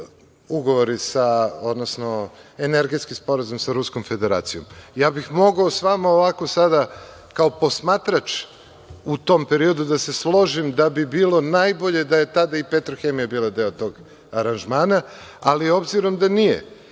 ugovori, odnosno Energetski sporazum sa Ruskom Federacijom. Mogao bih sa vama ovako sada kao posmatrač u tom periodu, da se složim da bi bilo najbolje da je tada i „Petrohemija“ bila deo tog aranžmana. Ali s obzirom da nije,